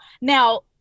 now